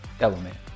element